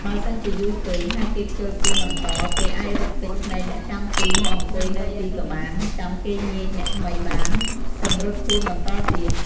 បើសិនជាយូរពេក ហើយគេខ្ជិលពួនបន្ត គេអាចរត់គេចភ្នែកអ្នកចាំទីមកអង្គុយនៅទីក៏បាន ចាំគេញៀចអ្នកថ្មីបាន សិមរត់ពួនបន្តទៀត។